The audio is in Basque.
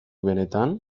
benetan